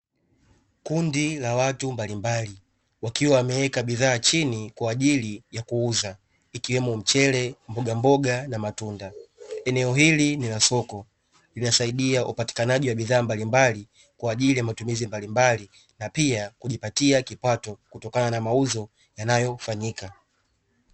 Kundi la watu mbalimbali wakiwa wameweka bidhaa chini kwa ajili ya kuuza ikiwemo mchele, mbogamboga na matunda. Eneo hili ni la soko linasaidia upatikanaji wa bidhaa mbalimbali kwa ajili ya matumizi mbalimbali na pia kujipatia kipato kutokana na mauzo yanayofanyika.